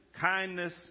kindness